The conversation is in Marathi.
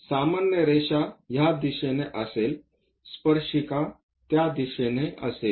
सामान्य रेषा ह्या दिशेने असेल स्पर्शिका त्या दिशेने असेल